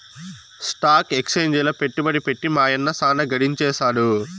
stock ఎక్సేంజిల పెట్టుబడి పెట్టి మా యన్న సాన గడించేసాడు